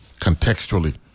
contextually